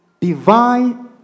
divine